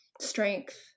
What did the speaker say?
strength